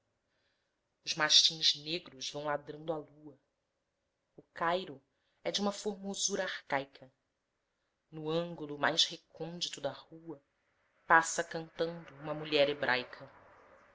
os mastins negros vão ladrando à lua o cairo é de uma formosura arcaica no ângulo mais recôndito da rua passa cantando uma mulher hebraica